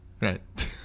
Right